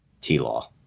T-Law